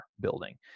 building